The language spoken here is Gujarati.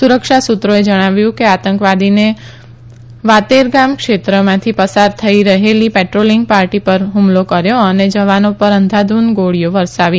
સુરક્ષા સુત્રોએ જણાવ્યું કે આતંકવાદીને વાતેર ગામ ક્ષેત્રમાંથી પસાર થઈ રહેલી પેટ્રોલીંગ પાર્ટી પર ફમલો કર્યો અને જવાનો પર અંધાધુધ ગોળીઓ વરસાવી